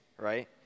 right